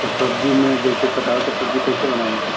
तो सब्जी में जैसे कटहल का सब्जी कैसे बनाएँगे